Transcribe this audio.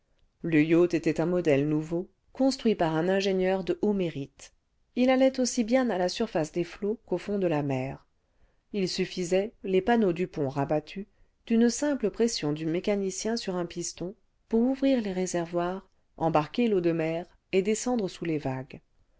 le yacht était un modèle nouveau construit par un ingénieur de haut mérite il allait aussi bien à la surface des flots qu'au fond de la mer h suffisait les panneaux du pont rabattus d'une simple pression du mécanicien sur lue vingtième siècle un piston pour ouvrir les réservoirs embarquer l'eau de mer et descendre sous les vagues